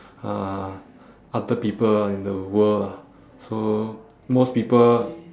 uh other people in the world lah so most people